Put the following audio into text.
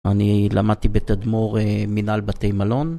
אני למדתי בתדמור מנהל בתי מלון.